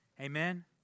Amen